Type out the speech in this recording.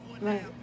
Right